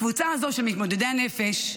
הקבוצה הזו של מתמודדי הנפש,